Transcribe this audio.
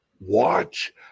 Watch